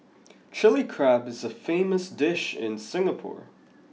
Chilli Crab is a famous dish in Singapore